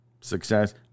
success